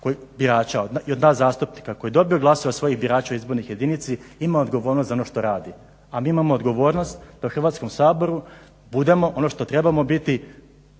i od nas zastupnika koji je dobio glasove svojih birača u izbornoj jedinici imao odgovornost za ono što radi. A mi imamo odgovornost da Hrvatskom saboru budemo ono što trebamo biti